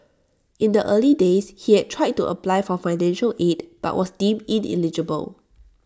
in the early days he had tried to apply for financial aid but was deemed ineligible